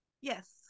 Yes